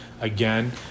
Again